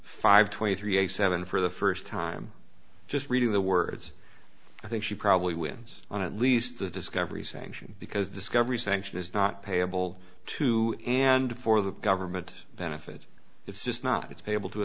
five twenty three a seven for the first time just reading the words i think she probably wins on at least the discovery sanction because discovery sanction is not payable to and for the government benefits it's just not it's payable to a